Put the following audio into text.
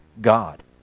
God